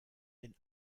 den